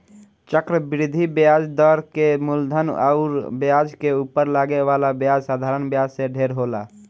चक्रवृद्धि ब्याज दर के मूलधन अउर ब्याज के उपर लागे वाला ब्याज साधारण ब्याज से ढेर होला